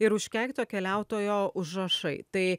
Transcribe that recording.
ir užkeikto keliautojo užrašai tai